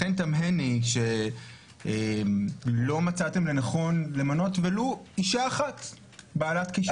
לכן תמהני שלא מצאתם לנכון למנות ולו אשה אחת בעלת כישורים.